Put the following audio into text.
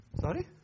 Sorry